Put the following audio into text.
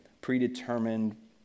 predetermined